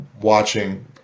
watching